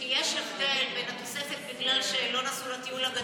כי יש הבדל בין התוספת בגלל שהם לא נסעו לטיול הגדול,